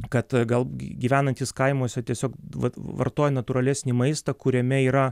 kad gal gyvenantys kaimuose tiesiog vat vartoja natūralesnį maistą kuriame yra